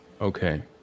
okay